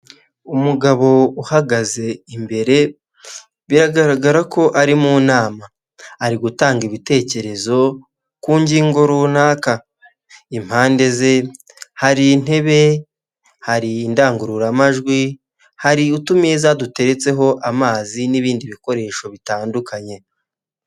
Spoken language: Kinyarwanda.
Umugabo uhagaze imbere biragaragara ko hari mu nama, ari gutanga ibitekerezo ku ngingo runaka impande ze hari intebe, hari indangururamajwi hari utumeza duteretseho amazi n'ibindi bikoresho bitandukanye.